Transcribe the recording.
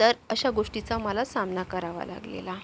तर अशा गोष्टीचा मला सामना करावा लागलेला